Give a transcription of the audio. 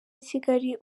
kigali